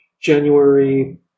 January